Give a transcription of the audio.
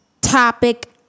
topic